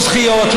לא זכיות,